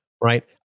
right